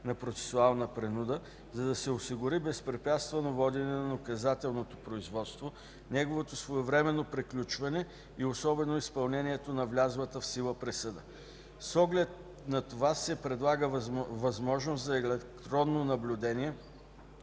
на процесуална принуда, за да се осигури безпрепятствено водене на наказателното производство, неговото своевременно приключване и особено изпълнението на влязлата в сила присъда. С оглед на това се предлага възможност за електронно наблюдение